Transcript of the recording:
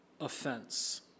offense